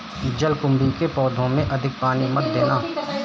जलकुंभी के पौधों में अधिक पानी मत देना